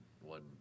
one